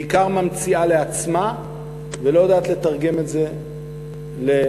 בעיקר ממציאה לעצמה ולא יודעת לתרגם את זה לתעשייה.